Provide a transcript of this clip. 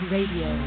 Radio